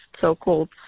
so-called